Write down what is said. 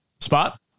Spot